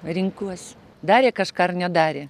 rinkuosi darė kažką ar nedarė